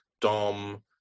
Dom